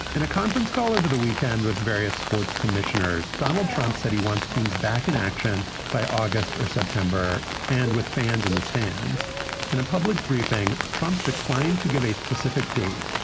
in a conference call over the weekend with various sports commissioners, donald trump said he wants teams back in action by august or september. and with fans in the stands in a public briefing, trump declined to give a specific date,